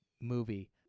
movie